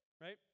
right